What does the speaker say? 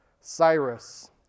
Cyrus